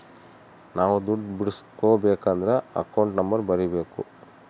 ನಾವ್ ದುಡ್ಡು ಬಿಡ್ಸ್ಕೊಬೇಕದ್ರ ಅಕೌಂಟ್ ನಂಬರ್ ಬರೀಬೇಕು